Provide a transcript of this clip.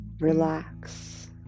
Relax